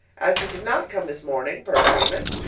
as you did not come this morning, per agreement,